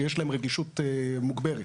שיש להם רגישות מוגברת.